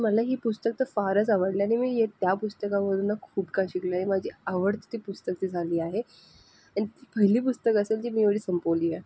मला ही पुस्तक तर फारच आवडले आहे ना मी ये त्या पुस्तकावरून खूप काय शिकले आहे माझी आवडती ती पुस्तक ती झाली आहे आणि ती पहिली पुस्तक असेल जी मी एवढी संपवली आहे